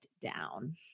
down